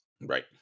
Right